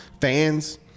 fans